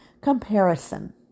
Comparison